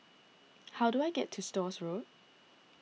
how do I get to Stores Road